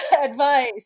advice